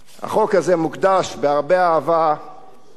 החוק הזה מוקדש בהרבה אהבה לשחר,